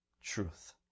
truth